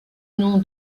nom